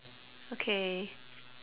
okay